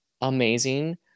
amazing